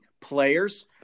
players